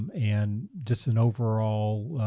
and and just an overall